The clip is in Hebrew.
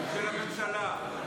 ושל הממשלה.